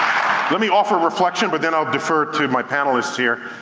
let me offer a reflection, but then i'll defer to my panelists here.